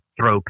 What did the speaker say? throw